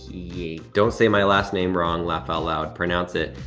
don't say my last name wrong, laugh out loud, pronounce it,